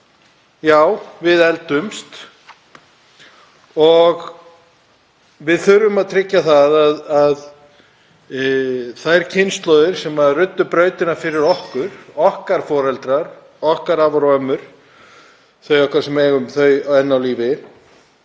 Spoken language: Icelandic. að við eldumst og við þurfum að tryggja að þær kynslóðir sem ruddu brautina fyrir okkur, okkar foreldrar, okkar afar og ömmur, þau okkar sem eigum þau enn á lífi,